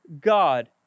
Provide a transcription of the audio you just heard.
God